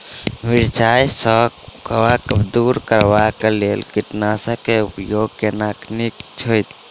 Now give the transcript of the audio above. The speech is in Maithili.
मिरचाई सँ कवक दूर करबाक लेल केँ कीटनासक केँ उपयोग केनाइ नीक होइत?